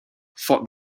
fought